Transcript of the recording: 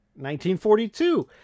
1942